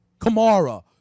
Kamara